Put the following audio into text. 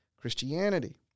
Christianity